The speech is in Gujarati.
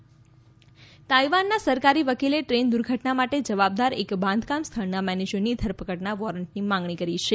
તાઇવાન ટ્રેન તાઇવાનના સરકારી વકીલે ટ્રેન દુર્ઘટના માટે જવાબદાર એક બાંધકામ સ્થળના મેનેજરની ધરપકડના વોરંટની માંગણી કરી છે